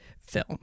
film